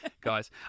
guys